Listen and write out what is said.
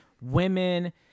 women